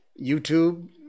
YouTube